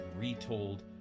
retold